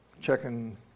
checking